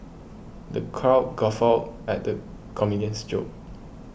the crowd guffawed at the comedian's jokes